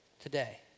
today